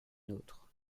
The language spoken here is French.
nôtres